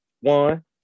One